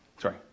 Sorry